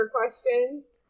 questions